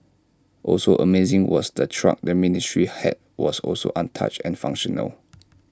also amazing was the truck the ministry had was also untouched and functional